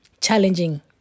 challenging